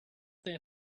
their